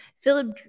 philip